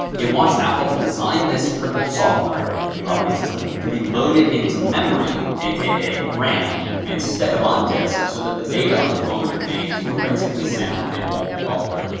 it wants apple to design this crippled software, the new operating system, to be loaded into memory, aka ram, instead of on disk so that the data on the phone remains forensically sound and won't be altered.